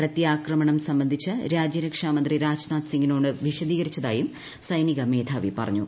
പ്രത്യാക്രമണം സംബന്ധിച്ച് രാജ്യരക്ഷാമന്ത്രി രാജ്നാഥ് സിങ്ങിനോട് വിശദീകരിച്ചതായും സൈനിക മേധാവി പറഞ്ഞു